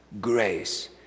Grace